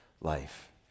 life